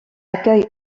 accueille